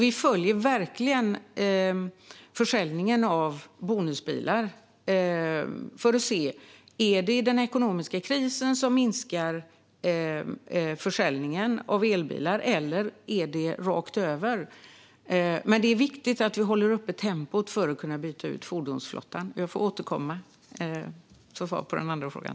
Vi följer försäljningen av bonusbilar för att se: Är det den ekonomiska krisen som minskar försäljningen av elbilar, eller är det rakt över? Men det är viktigt att vi håller uppe tempot för att kunna byta ut fordonsflottan. Jag får återkomma med svar på den andra frågan.